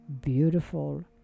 beautiful